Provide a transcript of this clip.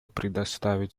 предоставить